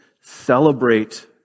celebrate